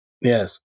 Yes